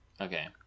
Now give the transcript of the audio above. Okay